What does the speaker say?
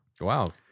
Wow